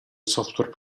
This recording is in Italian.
software